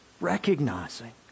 recognizing